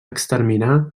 exterminar